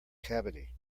cavity